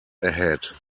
ahead